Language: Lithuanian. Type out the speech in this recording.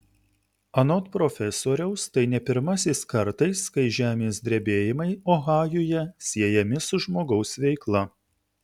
anot profesoriaus tai ne pirmasis kartais kai žemės drebėjimai ohajuje siejami su žmogaus veikla